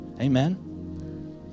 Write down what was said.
Amen